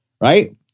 Right